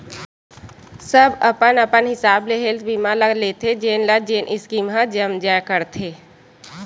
सब अपन अपन हिसाब ले हेल्थ बीमा ल लेथे जेन ल जेन स्कीम ह जम जाय करथे